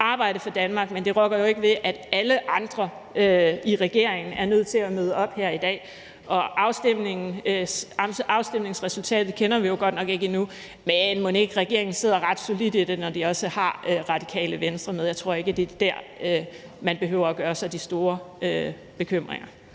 arbejde for Danmark. Men det rokker jo ikke ved, at alle andre i regeringen er nødt til at møde op her i dag. Afstemningsresultatet kender vi jo godt nok ikke endnu, men mon ikke, at regeringen sidder ret solidt i det, når de også har Radikale Venstre med. Jeg tror ikke, det er der, man behøver at gøre sig de store bekymringer.